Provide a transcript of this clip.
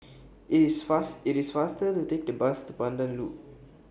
IS fast IT IS faster to Take The Bus to Pandan Loop